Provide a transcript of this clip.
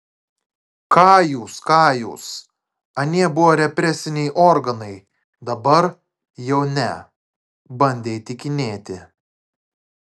ką jūs ką jūs anie buvo represiniai organai dabar jau ne bandė įtikinėti